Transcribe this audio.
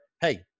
Hey